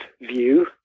view